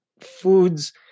foods